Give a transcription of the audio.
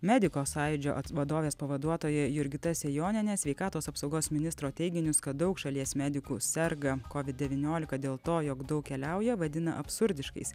mediko sąjūdžio ats vadovės pavaduotoja jurgita sejonienė sveikatos apsaugos ministro teiginius kad daug šalies medikų serga covid devyniolika dėl to jog daug keliauja vadina absurdiškais